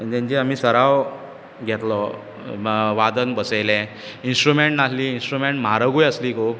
तेंचे आमी सराव घेतलो वादन बसयलें इन्स्ट्रुमॅण्ट नासलीं इन्स्ट्रुमॅण्ट म्हारगूय आसलीं खूब